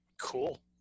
cool